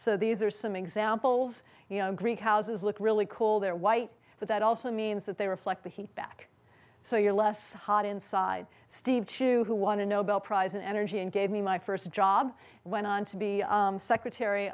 so these are some examples greek houses look really cool they're white but that also means that they reflect the heat back so you're less hot inside steve chu who won a nobel prize in energy and gave me my first job went on to be secretary